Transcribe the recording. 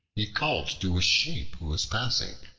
he called to a sheep who was passing,